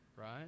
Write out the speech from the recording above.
Right